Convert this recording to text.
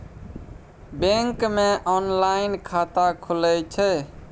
Bank मे online खाता खुले छै?